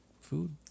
food